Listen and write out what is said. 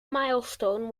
milestone